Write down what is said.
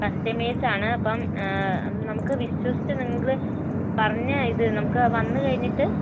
customise ആണ് അപ്പം നമ്മൾക്ക് വിശ്വസിച്ച് നിങ്ങൾ പറഞ്ഞ ഇത് നമുക്ക് വന്നു കഴിഞ്ഞിട്ട്